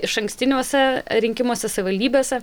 išankstiniuose rinkimuose savivaldybėse